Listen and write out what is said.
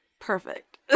perfect